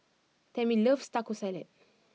Tammy loves Taco Salad